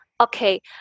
Okay